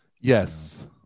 Yes